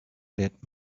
that